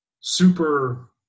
super